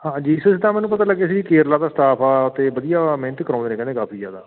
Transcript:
ਹਾਂਜੀ ਸਿਸਟਮ ਮੈਨੂੰ ਪਤਾ ਲੱਗਿਆ ਜੀ ਕੇਰਲਾ ਦਾ ਸਟਾਫ ਆ ਅਤੇ ਵਧੀਆ ਮਿਹਨਤ ਕਰਵਾਉਂਦੇ ਨੇ ਕਹਿੰਦੇ ਕਾਫੀ ਜ਼ਿਆਦਾ